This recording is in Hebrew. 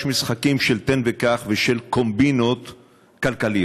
משחקים של תן וקח ושל קומבינות כלכליות.